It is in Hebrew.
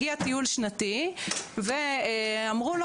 הגיע טיול שנתי ואמרו לו,